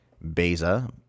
Beza